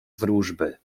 wróżby